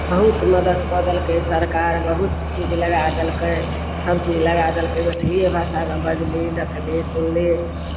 बहुत मदद कऽ देलकै सरकार बहुत चीज लगा देलकै सभचीज लगा देलकै मैथिलिए भाषामे बजली देखली सुनली